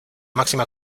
máxima